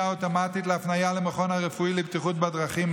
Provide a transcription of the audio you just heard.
האוטומטית להפניה למכון הרפואי לבטיחות בדרכים,